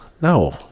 no